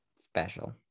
special